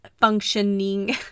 functioning